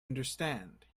understand